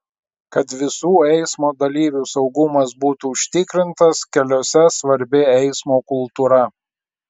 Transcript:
kad visų eismo dalyvių saugumas būtų užtikrintas keliuose svarbi eismo kultūra